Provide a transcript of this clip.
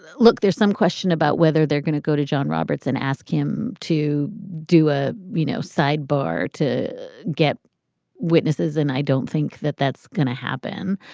look, there's some question about whether they're going to go to john roberts and ask him to do a, you know, sidebar to get witnesses. and i don't think that that's going to happen.